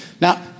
Now